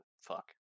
fuck